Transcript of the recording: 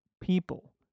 people